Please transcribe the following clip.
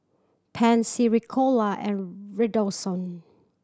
Pansy Ricola and Redoxon